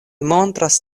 montras